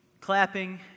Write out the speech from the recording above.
clapping